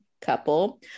couple